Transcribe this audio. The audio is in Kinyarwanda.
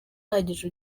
uhagije